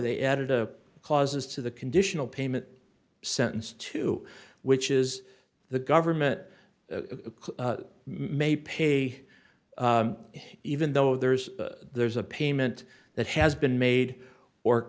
they added a clauses to the conditional payment sentence to which is the government may pay even though there's a there's a payment that has been made or